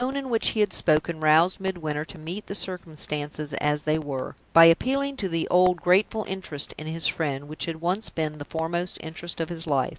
the tone in which he had spoken roused midwinter to meet the circumstances as they were, by appealing to the old grateful interest in his friend which had once been the foremost interest of his life.